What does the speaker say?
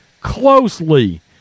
closely